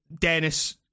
Dennis